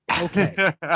Okay